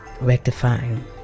Rectifying